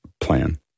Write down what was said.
plan